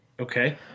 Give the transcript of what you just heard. Okay